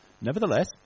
Nevertheless